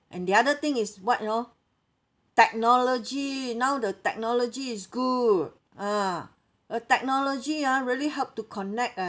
and the other thing is what you know technology now the technology is good ah uh technology ah really help to connect eh